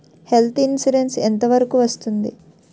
Health insurance ఎంత వరకు వస్తుంది?